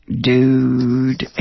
dude